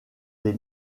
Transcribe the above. des